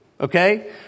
Okay